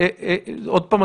עוד פעם,